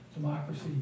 democracy